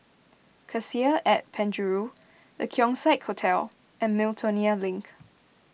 Cassia at Penjuru the Keong Saik Hotel and Miltonia Link